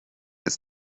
ist